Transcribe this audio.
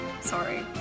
sorry